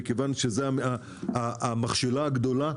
מכיוון שזו המכשלה הגדולה,